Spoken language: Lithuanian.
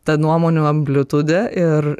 ta nuomonių amplitudė ir